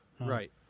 Right